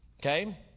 okay